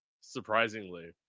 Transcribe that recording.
surprisingly